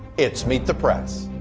it's meet the press.